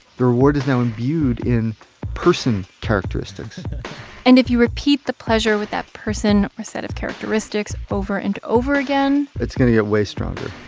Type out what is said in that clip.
the reward is now imbued in person characteristics and if you repeat the pleasure with that person or set of characteristics over and over again. it's going to get way stronger.